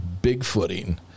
Bigfooting